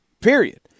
period